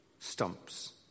stumps